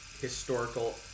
historical